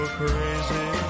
crazy